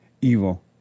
evil